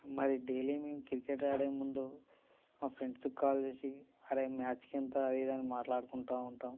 మరి డైలీ మేము క్రికెట్ ఆడేముందు మా ఫ్రెండ్స్కి కాల్ చేసి అరే మ్యాచ్కి ఇంత ఇది అని మాట్లాడుకుంటూ ఉంటాం